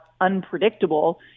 unpredictable